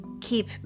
keep